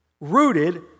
rooted